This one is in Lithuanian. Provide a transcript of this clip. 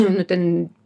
nu ten